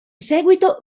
seguito